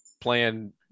playing